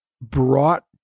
brought